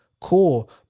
Cool